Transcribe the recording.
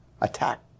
attack